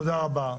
תודה רבה.